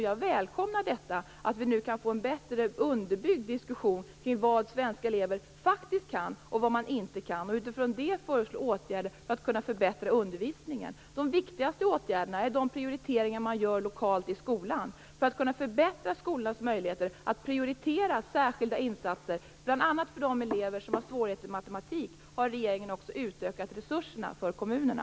Jag välkomnar att vi nu kan få en bättre underbyggd diskussion kring vad svenska elever faktiskt kan och vad man inte kan, så att vi utifrån det kan föreslå åtgärder för att kunna förbättra undervisningen. De viktigaste åtgärderna är de prioriteringar man gör lokalt i skolan. För att kunna förbättra skolans möjligheter att prioritera särskilda insatser bl.a. för de elever som har svårigheter i matematik har regeringen också utökat resurserna för kommunerna.